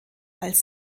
als